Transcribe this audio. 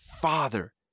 Father